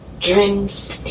dreams